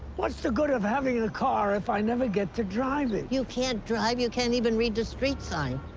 what's the good of having a car if i never get to drive it? you can't drive. you can't even read the street sign.